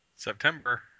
September